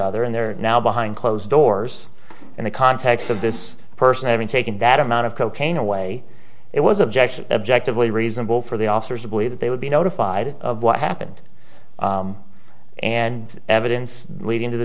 other and they're now behind closed doors in the context of this person having taken that amount of cocaine away it was objection objective a reasonable for the officers to believe that they would be notified of what happened and evidence leading to the